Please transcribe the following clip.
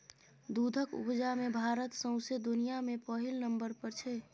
दुधक उपजा मे भारत सौंसे दुनियाँ मे पहिल नंबर पर छै